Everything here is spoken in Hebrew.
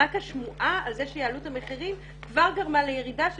רק השמועה על כך שיעלו את המחירים גרמה לירידה של,